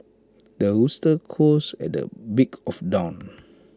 the rooster crows at the break of dawn